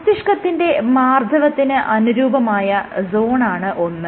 മസ്തിഷ്കത്തിന്റെ മാർദ്ദവത്തിന് അനുരൂപമായ സോണാണ് ഒന്ന്